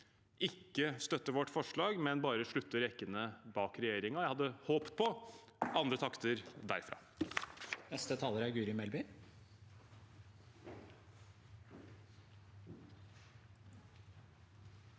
ikke støtter vårt forslag, men bare slutter rekkene bak regjeringen. Jeg hadde håpet på andre takter derfra.